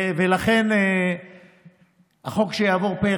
לכן החוק שיעבור פה אחד,